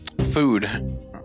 Food